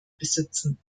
besitzen